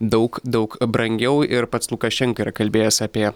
daug daug brangiau ir pats lukašenka yra kalbėjęs apie